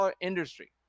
industry